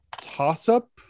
toss-up